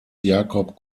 jakob